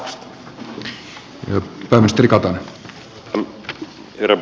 arvoisa herra puhemies